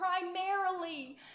primarily